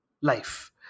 life